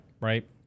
right